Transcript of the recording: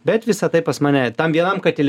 bet visa tai pas mane tam vienam katili